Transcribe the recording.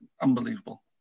unbelievable